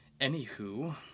Anywho